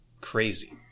Crazy